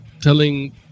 telling